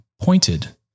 pointed